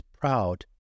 proud